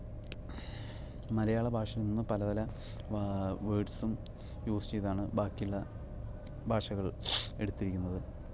മലയാളഭാഷ ഇന്ന് പലപല വേർഡ്സും യൂസ് ചെയ്താണ് ബാക്കിയുള്ള ഭാഷകൾ എടുത്തിരിക്കുന്നത്